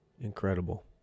Incredible